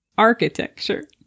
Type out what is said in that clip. Architecture